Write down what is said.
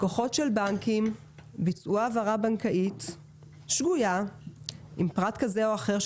לקוחות של בנקים ביצעו העברה בנקאית שגויה עם פרט כזה או אחר,